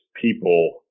people